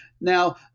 Now